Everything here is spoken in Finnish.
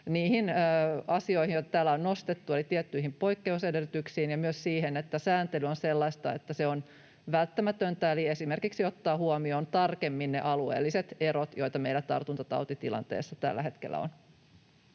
niihin asioihin, joita täällä on nostettu, eli tiettyihin poikkeusedellytyksiin ja myös siihen, että sääntely on sellaista, että se on välttämätöntä, eli esimerkiksi ottaa huomioon tarkemmin ne alueelliset erot, joita meillä tartuntatautitilanteessa tällä hetkellä on.